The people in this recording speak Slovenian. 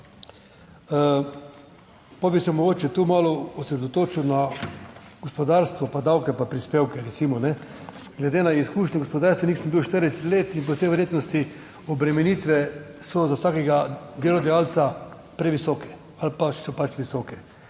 Pa bi se mogoče tu malo osredotočil na gospodarstvo pa davke pa prispevke. Glede na izkušnje, gospodarstvenik sem bil 40 let in po vsej verjetnosti obremenitve so za vsakega delodajalca previsoke ali pa so pač visoke.